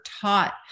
taught